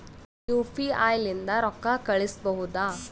UPI ಲಿಂದ ರೊಕ್ಕ ಕಳಿಸಬಹುದಾ?